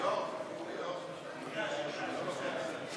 להעביר לוועדה את הצעת חוק התכנון והבנייה (תיקון,